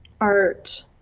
art